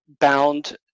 bound